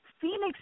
Phoenix